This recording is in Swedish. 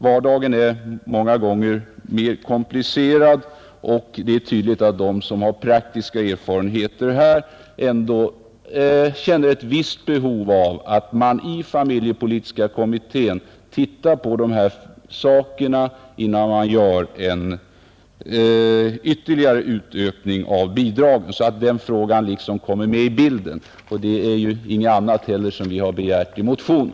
Vardagen är emellertid många gånger mera komplicerad, och det är tydligt att de som har praktiska erfarenheter ändå känner ett visst behov av att man i familjepolitiska kommittén tittar lite närmare på dessa saker inför kommande ökning av bidragen, Det är heller inte något annat vi begärt i motionen.